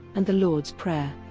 and the lord's prayer.